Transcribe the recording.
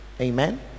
Amen